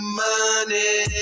money